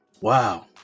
Wow